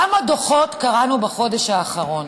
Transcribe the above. כמה דוחות קראנו בחודש האחרון?